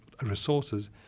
resources